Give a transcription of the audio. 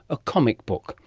a comic book!